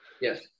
Yes